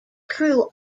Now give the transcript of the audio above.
crew